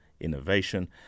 innovation